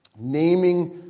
naming